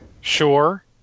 sure